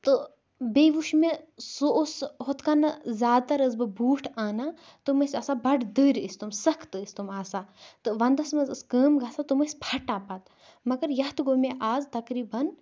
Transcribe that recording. تہ بییہ وٕچھ مےٚ سُہ اوس سُہ ہُتھکٔن نہ زیاد تر ٲسِس نہ بوٗٹھ انان تم ٲسۍ آسان بَڈٕ دٔرۍ ٲسۍ تم سخت ٲسۍ تِم آسان تہ ونٛدَس منٛز ٲس کٲم گَژھان تم ٲسۍ پھَٹان پَتہٕ مگر یَتھ گو مےٚ اَز تقریٖبَن